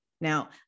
Now